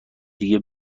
دیگه